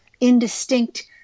indistinct